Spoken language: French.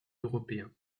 européen